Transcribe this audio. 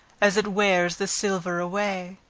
as it wears the silver away.